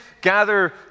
gather